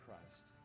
Christ